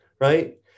right